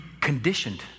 conditioned